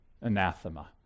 anathema